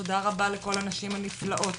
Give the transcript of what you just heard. תודה רבה לכל הנשים הנפלאות